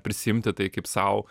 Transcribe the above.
prisiimti tai kaip sau